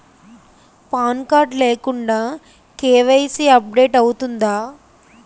Pan card లేకుండా KYC update అవుతుందా?